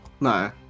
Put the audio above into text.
no